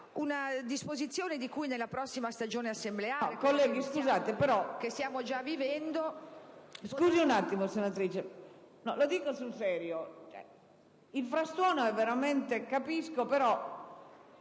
Una disposizione di cui nella prossima stagione assembleare, che stiamo già vivendo